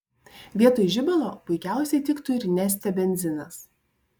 vietoj žibalo puikiausiai tiktų ir neste benzinas